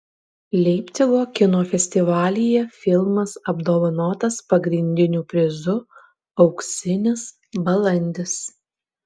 leipcigo kino festivalyje filmas apdovanotas pagrindiniu prizu auksinis balandis